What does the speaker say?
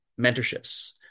mentorships